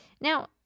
Now